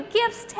gifts